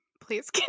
please